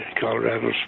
Colorado